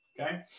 Okay